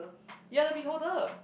you're the beholder